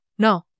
No